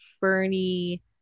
bernie